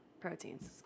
proteins